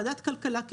בוועדת הכלכלה,